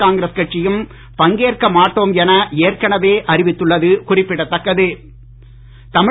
காங்கிரஸ் கட்சியும் பங்கேற்க மாட்டோம் என ஏற்கனவே அறிவித்துள்ளது குறிப்பிடத்தக்கது